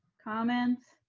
comments?